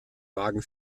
wagen